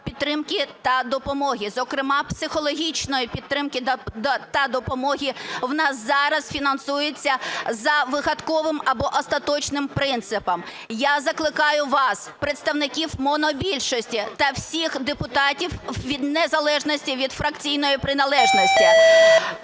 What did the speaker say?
підтримки та допомоги, зокрема психологічної підтримки та допомоги, в нас зараз фінансується за вигадковим, або остаточним принципом. Я закликаю вас, представників монобільшості та всіх депутатів в незалежності від фракційної приналежності,